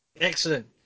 Excellent